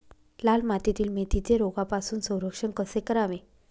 लाल मातीतील मेथीचे रोगापासून संरक्षण कसे करावे?